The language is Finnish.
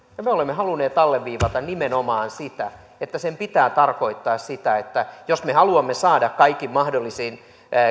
ja me olemme halunneet alleviivata nimenomaan sitä että sen pitää tarkoittaa sitä että jos me haluamme saada kaikin mahdollisin